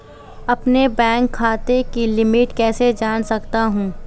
अपने बैंक खाते की लिमिट कैसे जान सकता हूं?